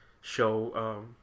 show